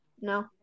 no